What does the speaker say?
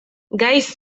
gaiz